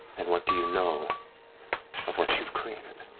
and what do you know of what you've created?